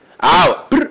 out